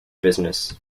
business